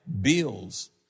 bills